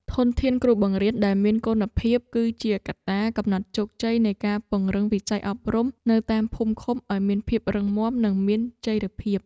ធនធានគ្រូបង្រៀនដែលមានគុណភាព គឺជាកត្តាកំណត់ជោគជ័យនៃការពង្រឹងវិស័យអប់រំនៅតាមភូមិឃុំឱ្យមានភាពរឹងមាំនិងមានចីរភាព។